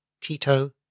Tito